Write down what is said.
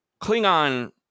Klingon